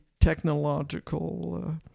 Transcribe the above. technological